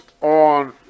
on